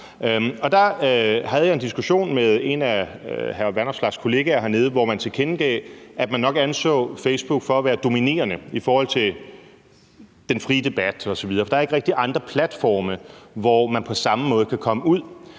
Der havde jeg en diskussion med en af hr. Alex Vanopslaghs kollegaer hernede, som tilkendegav, at man nok anså Facebook for at være dominerende i forhold til den frie debat osv., fordi der ikke rigtig er andre platforme, hvor man på samme måde kan komme ud.